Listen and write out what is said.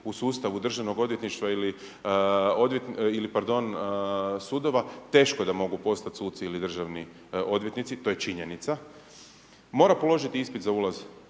u sustavu državnog odvjetništva ili pardon sudova, teško da mogu postati suci ili državni odvjetnici, to je činjenica, mora položiti ispit za ulaz